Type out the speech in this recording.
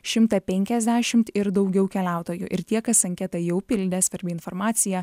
šimtą penkiasdešimt ir daugiau keliautojų ir tie kas anketą jau pildęs per informaciją